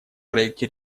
проекте